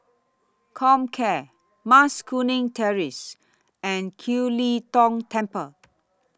Comcare Mas Kuning Terrace and Kiew Lee Tong Temple